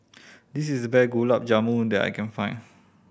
this is the best Gulab Jamun that I can find